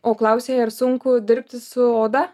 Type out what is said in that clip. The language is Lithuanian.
o klausei ar sunku dirbti su oda